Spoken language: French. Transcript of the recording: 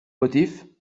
motifs